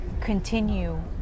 continue